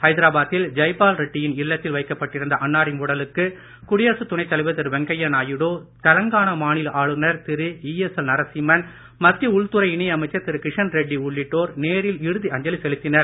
ஹைதராபாத்தில் ஜெய்பால் ரெட்டியின் இல்லத்தில் வைக்கப்பட்டிருந்த அன்னாரின் உடலுக்கு குடியரசுத் துணைத் தலைவர் திரு வெங்கைய நாயுடு தெலங்கானா மாநில ஆளுநர் திரு இஎஸ்எல் நரசிம்மன் மத்திய உள்துறை இணை அமைச்சர் திரு கிஷன் ரெட்டி உள்ளிட்டோர் நேரில் இறுதி அஞ்சலி செலுத்தினர்